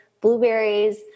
blueberries